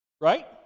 Right